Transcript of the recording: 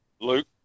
Luke